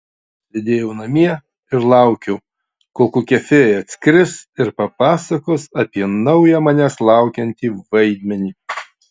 sėdėjau namie ir laukiau kol kokia fėja atskris ir papasakos apie naują manęs laukiantį vaidmenį